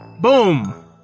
Boom